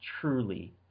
truly